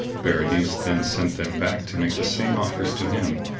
berenice then sent them back to make the same offers to him.